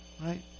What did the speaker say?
Right